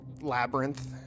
labyrinth